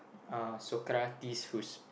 uh Sokratis who's